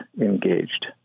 engaged